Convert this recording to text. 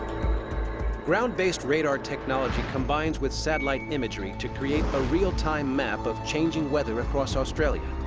ground-based radar technology combines with satellite imagery to create a real-time map of changing weather across australia.